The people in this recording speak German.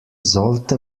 sollte